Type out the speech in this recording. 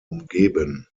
umgeben